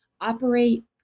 operate